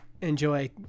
enjoy